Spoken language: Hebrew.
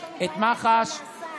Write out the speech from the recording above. יש לנו בעיה עם איך שזה נעשה.